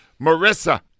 Marissa